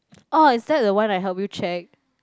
oh is that the one I help you check